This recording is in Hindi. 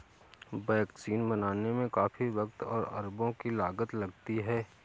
वैक्सीन बनाने में काफी वक़्त और अरबों की लागत लगती है